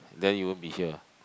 then you won't be here